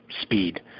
speed